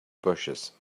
bushes